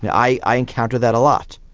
and i i encounter that a lot.